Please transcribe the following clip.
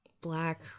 black